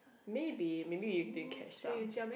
maybe maybe you didn't catch up